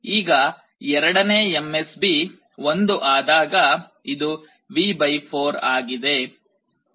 ಈಗ ಎರಡನೇ MSB 1 ಆದಾಗ ಇದು V 4 ಆಗಿದೆ